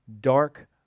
dark